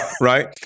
right